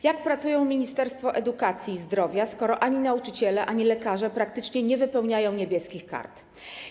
Jak pracują ministerstwo edukacji i Ministerstwo Zdrowia, skoro ani nauczyciele, ani lekarze praktycznie nie wypełniają „Niebeskich kart”